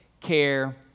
care